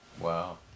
Wow